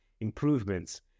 improvements